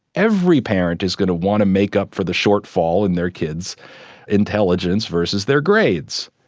every parent is going to want to make up for the shortfall in their kids' intelligence versus their grades.